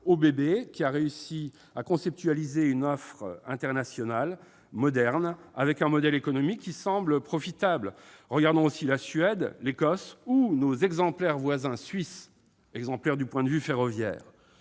ÖBB, qui a réussi à conceptualiser une offre internationale, moderne, avec un modèle économique apparemment profitable. Regardons aussi la Suède, l'Écosse ou nos voisins suisses, exemplaires du point de vue ferroviaire.